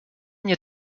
mnie